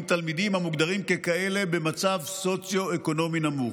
תלמידים המוגדרים ככאלה במצב סוציו-אקונומי נמוך.